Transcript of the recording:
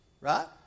Right